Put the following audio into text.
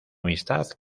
amistad